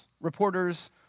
reporters